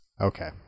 Okay